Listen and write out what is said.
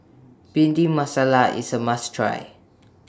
Bhindi Masala IS A must Try